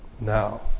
now